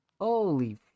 Holy